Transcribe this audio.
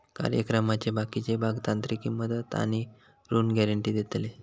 कार्यक्रमाचे बाकीचे भाग तांत्रिक मदत आणि ऋण गॅरेंटी देतले